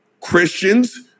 Christians